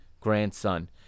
grandson